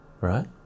right